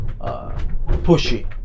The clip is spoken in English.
pushy